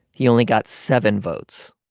he only got seven votes.